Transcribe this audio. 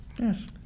Yes